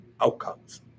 outcomes